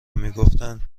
میگفتند